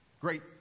great